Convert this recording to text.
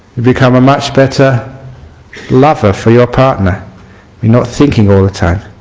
become a much better lover for your partner not thinking all the time.